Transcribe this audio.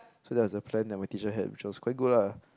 so that was the plan that my teacher had which was quite good lah